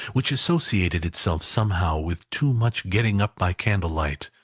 which associated itself somehow with too much getting up by candle-light,